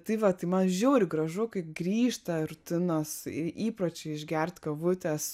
tai va tai man žiauriai gražu kai grįžta rutinos ir įpročiai išgert kavutės